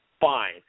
fine